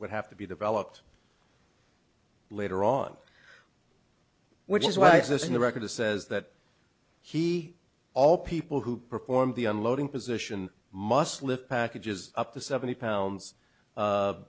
would have to be developed later on which is why is this in the record a says that he all people who perform the unloading position must live packages up to seventy pounds